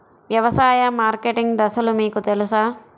వ్యవసాయ మార్కెటింగ్ దశలు మీకు తెలుసా?